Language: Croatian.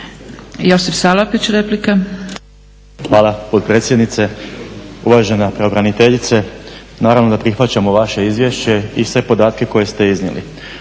Josip (HDSSB)** Hvala potpredsjednice. Uvažena pravobraniteljice naravno da prihvaćamo vaše izvješće i sve podatke koje ste iznijeli.